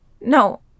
No